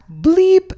bleep